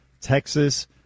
Texas